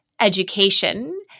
education